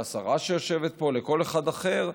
לשרה שיושבת פה או לכל אחד אחר,